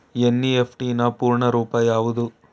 NEFT ನ ಪೂರ್ಣ ರೂಪ ಯಾವುದು?